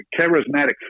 charismatic